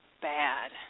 bad